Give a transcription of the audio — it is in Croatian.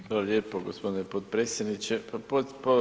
Hvala lijepa gospodine potpredsjedniče.